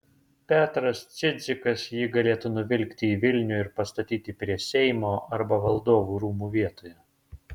petras cidzikas jį galėtų nuvilkti į vilnių ir pastatyti prie seimo arba valdovų rūmų vietoje